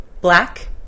Black